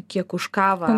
kiek už kavą